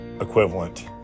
equivalent